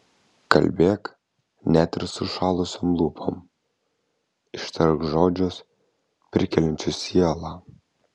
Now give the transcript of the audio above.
kalbėk net ir sušalusiom lūpom ištark žodžius prikeliančius sielą